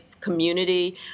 community